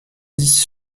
dix